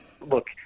look